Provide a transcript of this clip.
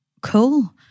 cool